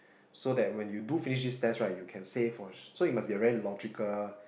so that when you do finish this tests right you can say for so you must be a very logical